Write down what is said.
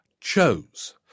chose